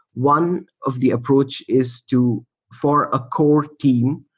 one of the approach is to for a core team,